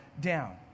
down